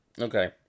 Okay